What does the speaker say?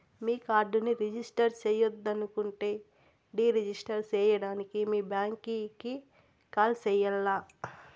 మీ కార్డుని రిజిస్టర్ చెయ్యొద్దనుకుంటే deregister సేయడానికి మీ బ్యాంకీకి కాల్ సెయ్యాల్ల